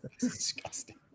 Disgusting